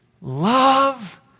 Love